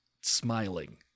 smiling